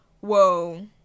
whoa